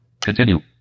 Continue